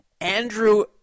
Andrew